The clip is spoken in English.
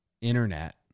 internet